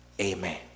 Amen